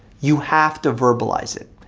you have to verbalize it.